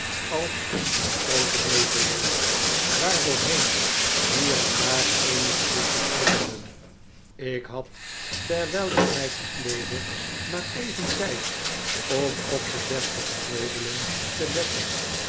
als een groote nevelwolk waardoorheen hier en daar eenige lichtjes flikkerden ik had terwijl ik mij verkleedde maar even tijd om op de deftige meubelen te letten